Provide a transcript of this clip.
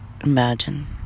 imagine